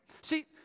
See